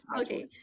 Okay